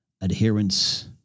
Adherence